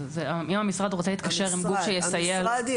אם המשרד רוצה להתקשר עם גוף שיסייע --- המשרד יארגן.